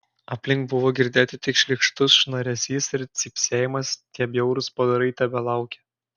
aplink buvo girdėti tik šlykštus šnaresys ir cypsėjimas tie bjaurūs padarai tebelaukė